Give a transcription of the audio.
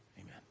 amen